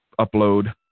upload